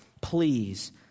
please